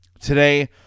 Today